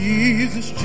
Jesus